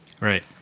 Right